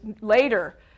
later